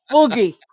Boogie